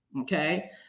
Okay